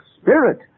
spirit